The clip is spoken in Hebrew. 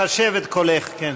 אני אחשב את קולךְ.